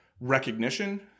recognition